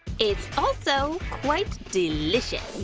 it's also quite delicious!